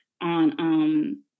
on